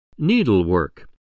Needlework